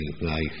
life